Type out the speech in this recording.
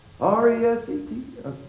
R-E-S-E-T